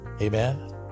Amen